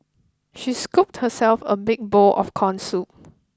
she scooped herself a big bowl of corn soup